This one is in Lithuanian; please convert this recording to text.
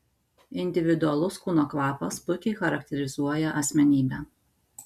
individualus kūno kvapas puikiai charakterizuoja asmenybę